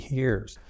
years